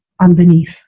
underneath